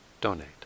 donate